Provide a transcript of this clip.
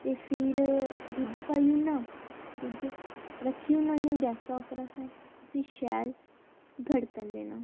ते फिर दुद्ध पाई ओड़ना दुद्ध रक्खी ओड़ना इ'यां गैसा उप्पर असें उसी शैल गड़कन देना